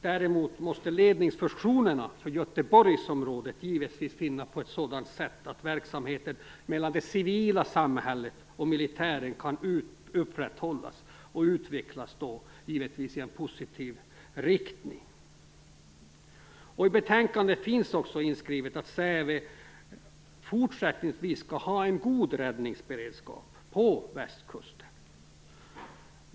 Däremot måste ledningsfunktionerna för Göteborgsområdet givetvis fungera på ett sådant sätt att samordningen mellan det civila samhället och militären kan upprätthållas och utvecklas i en positiv riktning. I betänkandet finns också inskrivet att Säve fortsättningsvis skall ha en god räddningsberedskap på västkusten.